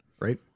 right